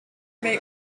may